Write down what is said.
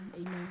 amen